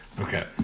Okay